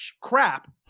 crap